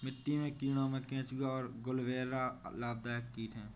मिट्टी के कीड़ों में केंचुआ और गुबरैला लाभदायक कीट हैं